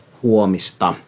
huomista